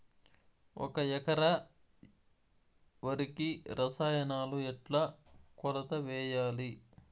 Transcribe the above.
ఒక ఎకరా వరికి రసాయనాలు ఎట్లా కొలత వేయాలి?